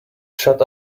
shut